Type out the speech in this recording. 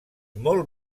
molt